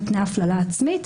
מפני הפללה עצמית.